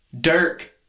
Dirk